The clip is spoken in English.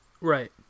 Right